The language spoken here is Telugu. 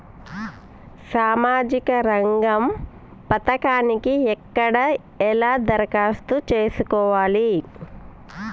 సామాజిక రంగం పథకానికి ఎక్కడ ఎలా దరఖాస్తు చేసుకోవాలి?